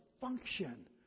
function